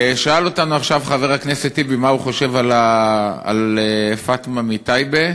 שאל אותנו עכשיו חבר הכנסת טיבי מה הוא חושב על פאטמה מטייבה,